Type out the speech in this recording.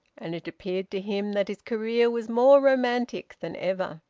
and it appeared to him that his career was more romantic than ever.